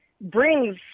brings